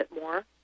more